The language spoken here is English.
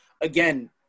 again